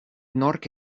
nork